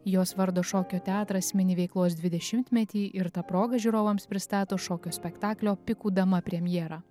jos vardo šokio teatras mini veiklos dvidešimtmetį ir ta proga žiūrovams pristato šokio spektaklio pikų dama premjerą